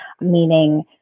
meaning